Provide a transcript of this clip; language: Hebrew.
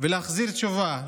להחזיר תשובה.